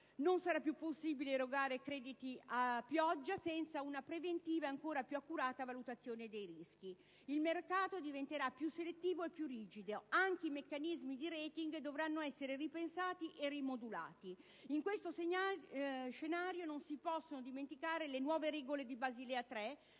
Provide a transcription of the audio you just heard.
non sarà più possibile erogare crediti a pioggia senza una preventiva e ancora più accurata valutazione dei rischi. Il mercato diventerà più selettivo e più rigido. Anche i meccanismi di *rating* dovranno essere ripensati e rimodulati. In questo scenario non si possono dimenticare le nuove regole di Basilea 3,